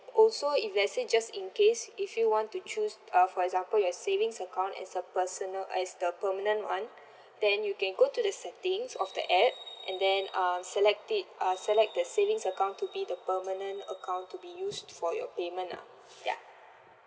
also if let's say just in case if you want to choose uh for example your savings account as the personal as the permanent one then you can go to the settings of the app and then uh select it uh select the savings account to be the permanent account to be used for your payment ah ya